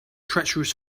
treacherous